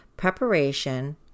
Preparation